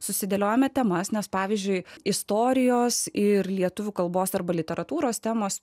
susidėliojome temas nes pavyzdžiui istorijos ir lietuvių kalbos arba literatūros temos